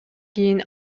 кийин